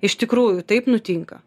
iš tikrųjų taip nutinka